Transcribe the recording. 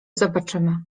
zobaczymy